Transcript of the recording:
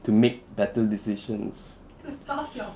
to make better decisions